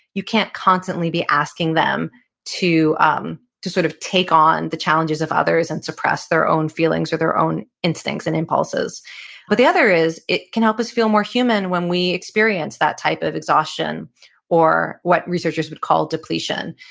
you can't constantly be asking them to um to sort of take on the challenges of others and suppress their own feelings or their own instincts and impulses but the other is, it can help us feel more human when we experience that type of exhaustion or what researchers would call depletion.